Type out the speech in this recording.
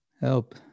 Help